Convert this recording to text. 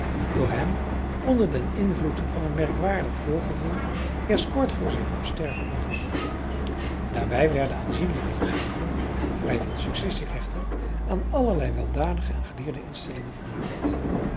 door hem onder den invloed van een merkwaardig voorgevoel eerst kort voor zijn afsterven ontworpen daarbij werden aanzienlijke legaten vrij van successierechten aan allerlei weldadige en geleerde instellingen vermaakt